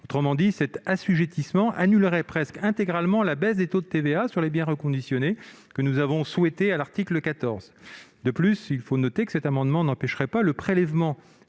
Autrement dit, cet assujettissement annulerait presque intégralement la baisse des taux de TVA sur les biens reconditionnés, que nous avons souhaité introduire à l'article 14. De plus, ces dispositions n'empêcheraient pas le prélèvement